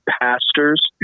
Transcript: pastors